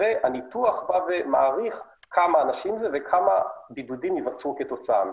והניתוח מעריך כמה אנשים זה וכמה בידודים ייווצרו כתוצאה מזה.